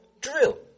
drill